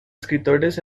escritores